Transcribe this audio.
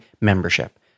membership